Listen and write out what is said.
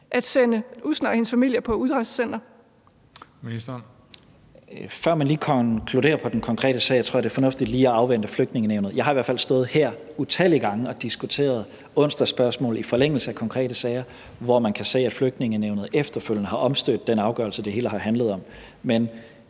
Udlændinge- og integrationsministeren (Mattias Tesfaye): Før man lige konkluderer på den konkrete sag, tror jeg det er fornuftigt lige at afvente Flygtningenævnet. Jeg har i hvert fald stået her utallige gange og diskuteret onsdagsspørgsmål i forlængelse af konkrete sager, hvor man kan se, at Flygtningenævnet efterfølgende har omstødt den afgørelse, det hele har handlet om. Men